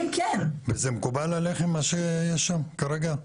אף אחד מהרשות לא אומר שידע על זה בכלל.